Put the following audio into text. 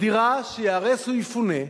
או דירה שייהרסו או יפונו,